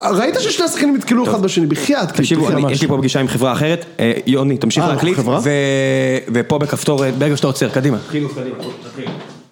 ראית ששני השכנים נתקלו אחד בשני בחיית? תקשיבו, יש לי פה פגישה עם חברה אחרת, יוני, תמשיך להקליט, ופה בכפתור, ברגע שאתה עוצר, קדימה.